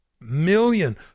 million